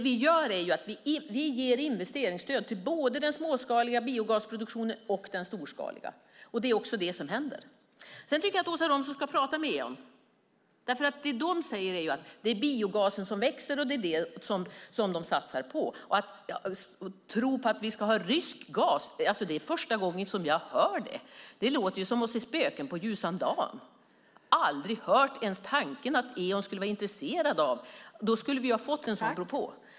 Vi ger investeringsstöd till både den småskaliga och den storskaliga biogasproduktionen. Det är det som händer. Jag tycker att Åsa Romson ska prata med Eon. De säger att det är biogasen som växer och att det är vad de satsar på. Det är första gången jag hör att vi ska ha rysk gas. Det låter som att se spöken på ljusan dag. Jag har aldrig hört att Eon skulle vara intresserat av det. I så fall skulle vi ha fått en sådan propå.